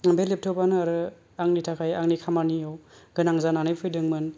बे लेपटपआनो आरो आंनि थाखाय आंनि खामानियाव गोनां जानानै फैदोंमोन